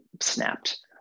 snapped